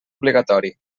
obligatori